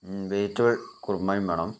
vegetable കുറുമയും വേണം